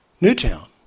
Newtown